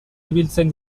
ibiltzen